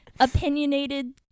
opinionated